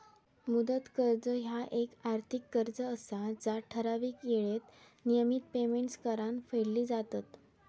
मुदत कर्ज ह्या येक आर्थिक कर्ज असा जा ठराविक येळेत नियमित पेमेंट्स करान फेडली जातत